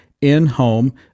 in-home